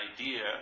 idea